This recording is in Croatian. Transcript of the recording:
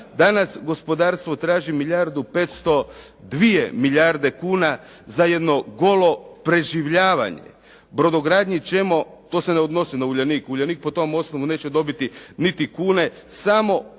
Danas gospodarstvo traži milijardu 500, 2 milijarde kuna za jedno golo preživljavanje. Brodogradnji ćemo, to se ne odnosi na "Uljanik", "Uljanik" po tom osnovu neće dobiti niti kune samo vis